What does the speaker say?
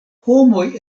homoj